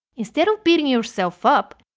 instead of beating yourself up,